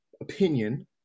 opinion